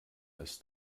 ist